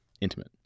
intimate